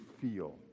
feel